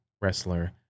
wrestler